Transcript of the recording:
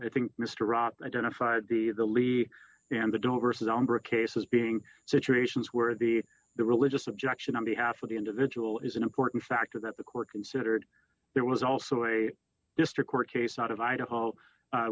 i think mr ross identified the the levy and the don't were saddam or cases being situations where the the religious objection on behalf of the individual is an important factor that the court considered there was also a district court case out of idaho